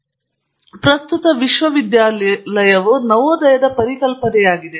ವಿಶ್ವವಿದ್ಯಾನಿಲಯವು ಆಧರಿಸಿದೆ ಮೂಲಭೂತವಾಗಿ ಪ್ರಸ್ತುತ ವಿಶ್ವವಿದ್ಯಾಲಯ ನವೋದಯದ ಪರಿಕಲ್ಪನೆಯಾಗಿದೆ